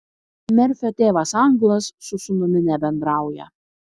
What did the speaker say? merfio tėvas anglas su sūnumi nebendrauja